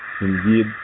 indeed